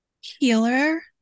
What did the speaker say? Healer